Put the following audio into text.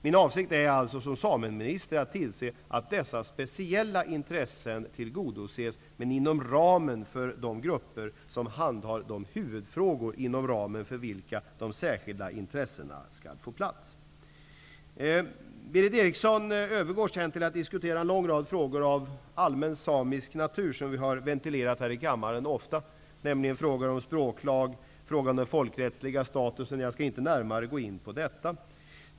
Min avsikt som sameminister är att tillse att dessa speciella intressen tillgodoses inom ramen för de grupper som handhar de huvudfrågor inom ramen för vilka de särskilda intressena skall ha plats. Berith Eriksson övergår sedan till att diskutera en lång rad frågor av allmän samisk natur, som vi ofta har ventilerat här i kammaren, nämligen frågan om språklag och om den folkrättsliga statusen. Jag skall inte närmare gå in på detta.